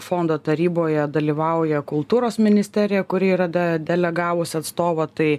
fondo taryboje dalyvauja kultūros ministerija kuri yra delegavusi atstovą tai